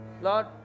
Lord